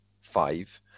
five